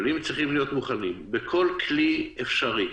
בכל כלי אפשרי,